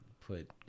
put